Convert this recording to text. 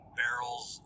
barrels